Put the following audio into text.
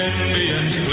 Indians